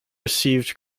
received